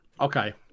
Okay